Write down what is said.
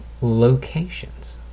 locations